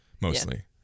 mostly